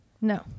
No